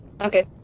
Okay